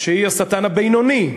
שהיא השטן הבינוני,